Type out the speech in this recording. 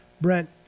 Brent